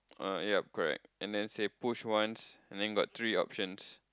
oh ya correct and then said push once and then got three options